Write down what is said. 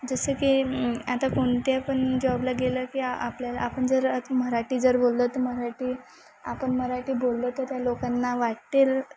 जसं की आता कोणत्या पण जॉबला गेलं की आपल्याला आपण जर मराठी जर बोललं तर मराठी आपण मराठी बोललं तर त्या लोकांना वाटतील